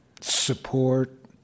support